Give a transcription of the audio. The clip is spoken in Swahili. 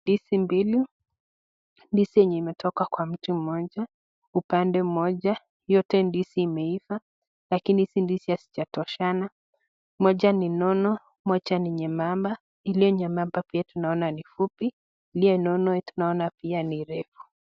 Ndizi mbili, ndizi zenye zimetoka kwa mti mmoja upande mmoja, yote ndizi imeiva lakini hizi ndizi hajizatoshana, moja ni nono moja ni nyebamba, ile nyebamba pia tunaona ni fupi, ilio nono tunaona ni refu.